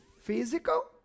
Physical